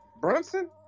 Brunson